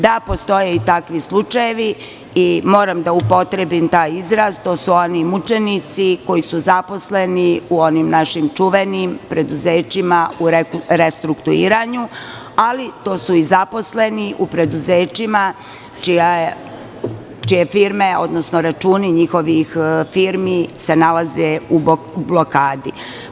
Da, postoje i takvi slučajevi i moram da upotrebim taj izraz, to su oni mučenici koji su zaposleni u onim našim čuvenim preduzećima u restrukturiranju, ali to su i zaposleni u preduzećima čije firme, odnosno računi njihovih firmi se nalaze u blokadi.